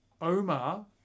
Omar